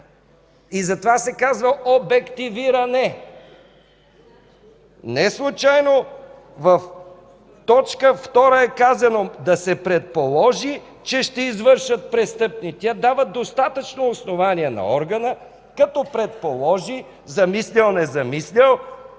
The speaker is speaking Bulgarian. И затова се казва: обективиране. Неслучайно в т. 2 е казано: „да се предположи, че ще извършат престъпни...”. Тези дават достатъчно основание на органа, като предположи – замислял, незамислял,